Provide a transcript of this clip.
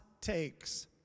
takes